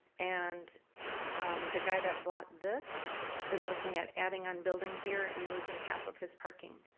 and the guy that bought this is looking at adding on building here and losing half of his parking.